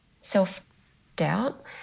self-doubt